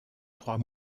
trois